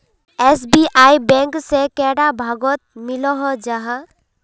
SBI bank से कैडा भागोत मिलोहो जाहा?